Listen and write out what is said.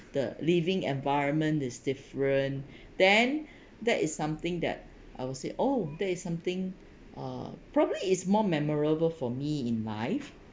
the living environment is different then that is something that I would say oh there is something uh probably is more memorable for me in life